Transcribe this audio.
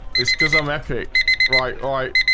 it's because i'm that cake right? all right,